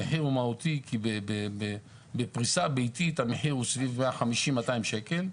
המחיר הוא מהותי כי בפריסה ביתית המחיר הוא סביב 150 200 שקל.